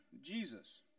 Jesus